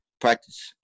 practice